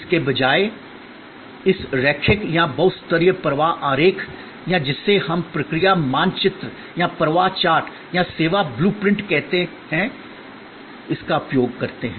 इसके बजाय इस रैखिक या बहु स्तरीय प्रवाह आरेख या जिसे हम प्रक्रिया मानचित्र या प्रवाह चार्ट या सेवा ब्लू प्रिंट कहते हैं का उपयोग करते हैं